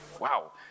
Wow